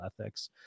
ethics